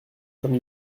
comme